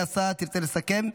אדוני השר, תרצה לסכם?